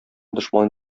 дошман